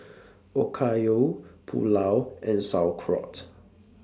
Okayu Pulao and Sauerkraut